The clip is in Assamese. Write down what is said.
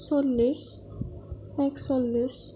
চল্লিছ একচল্লিছ